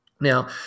Now